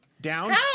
Down